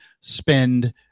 spend